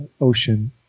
ocean